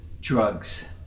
drugs